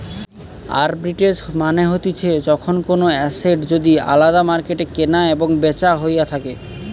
arbitrage মানে হতিছে যখন কোনো এসেট যদি আলদা মার্কেটে কেনা এবং বেচা হইয়া থাকে